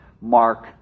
mark